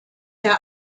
der